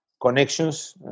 Connections